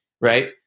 right